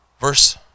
verse